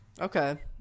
Okay